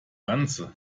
wanze